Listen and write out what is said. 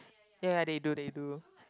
ya they do they do